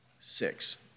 six